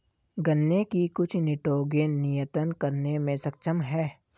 गन्ने की कुछ निटोगेन नियतन करने में सक्षम है